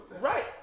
right